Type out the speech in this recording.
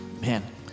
man